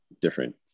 different